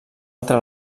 altre